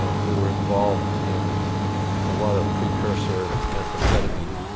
we were involved in a lot of precursor methamphetamine